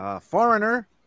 Foreigner